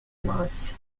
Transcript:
maß